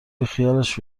بیخیالش